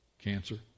Cancer